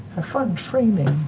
fun training.